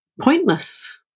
pointless